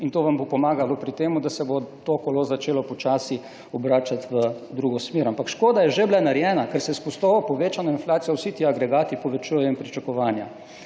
in to vam bo pomagalo pri tem, da se bo to kolo začelo počasi obračati v drugo smer. Ampak škoda je že bila narejena, ker se s po to povečano inflacijo vsi ti agregati povečujejo in pričakovanja.